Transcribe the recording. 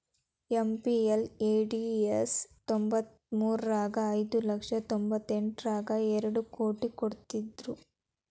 MPLADS ತ್ತೊಂಬತ್ಮುರ್ರಗ ಐದು ಲಕ್ಷ ತೊಂಬತ್ತೆಂಟರಗಾ ಎರಡ್ ಕೋಟಿ ಕೊಡ್ತ್ತಿದ್ರು